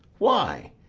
why,